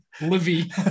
Livy